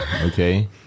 Okay